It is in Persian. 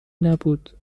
نبود